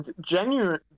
genuine